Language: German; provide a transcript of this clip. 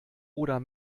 oder